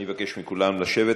אני מבקש מכולם לשבת.